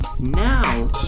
now